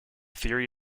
theory